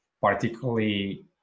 particularly